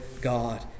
God